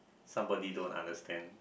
somebody don't understand